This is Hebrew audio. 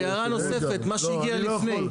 הערה נוספת, מה שהגיע לפני.